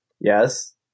Yes